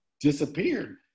disappeared